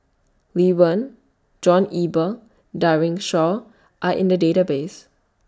Lee Wen John Eber Daren Shiau Are in The Database